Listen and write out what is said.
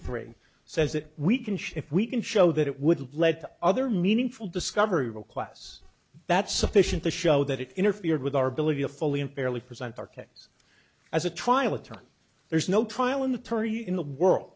three says that we can schiff we can show that it would lead to other meaningful discovery requests that's sufficient to show that it interfered with our ability to fully and fairly present our case as a trial attorney there's no trial an attorney in the world